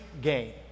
gain